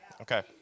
Okay